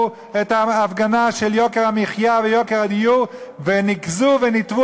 את ההפגנה של יוקר המחיה ויוקר הדיור וניקזו וניתבו